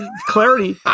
clarity